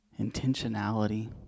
intentionality